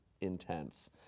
intense